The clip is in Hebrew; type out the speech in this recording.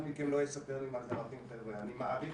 לאותו --- על הערכים האלה התכוון